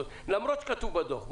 למרות שכתוב בדוח.